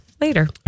later